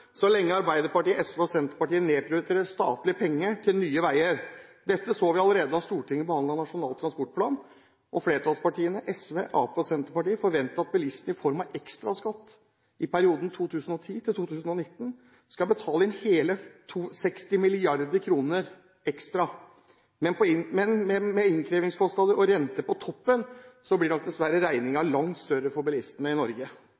så lenge Arbeiderpartiet, SV og Senterpartiet nedprioriterer statlige penger til nye veier. Dette så vi allerede da Stortinget behandlet Nasjonal transportplan, og flertallspartiene – SV, Arbeiderpartiet og Senterpartiet – forventet at bilistene i form av ekstraskatt i perioden 2010–2019 skal betale inn hele 60 mrd. kr ekstra. Men med innkrevingskostnader og renter på toppen blir nok regningen dessverre langt større for bilistene i Norge.